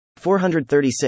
436